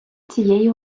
цієї